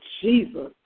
Jesus